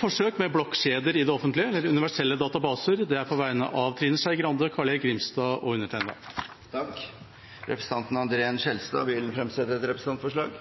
forsøk med blokkjeder i det offentlige. Det er på vegne av Trine Skei Grande, Carl-Erik Grimstad og undertegnede. Representanten André N. Skjelstad vil fremsette et representantforslag.